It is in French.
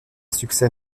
succès